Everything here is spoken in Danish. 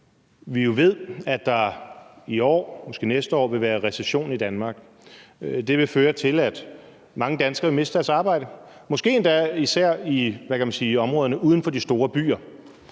jo ved, at der i år og måske næste år vil være recession i Danmark. Det vil føre til, at mange danskere mister deres arbejde, måske endda især i områderne uden for de store byer.